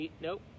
Nope